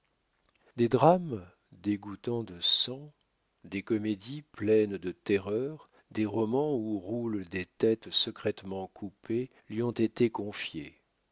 des drames dégouttant de sang des comédies pleines de terreurs des romans où roulent des têtes secrètement coupées lui ont été confiés